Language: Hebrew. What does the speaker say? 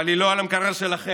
אבל היא לא על המקרר שלכם,